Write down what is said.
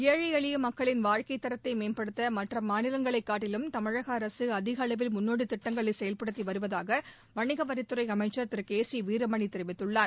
ஏழை எளிய மக்களின் வாழ்க்கைத் தரத்தை மேம்படுத்த மற்ற மாநிலங்களைக் காட்டிலும் தமிழக அரசு அதிகளவில் முன்னோடித் திட்டங்களை செயல்படுத்தி வருவதாக வணிக வரித்துறை அமைச்சர் திரு கே சி வீரமணி தெரிவித்துள்ளார்